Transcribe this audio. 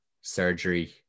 surgery